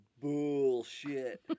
Bullshit